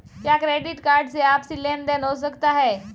क्या credit card से आपसी लेनदेन हो सकता है?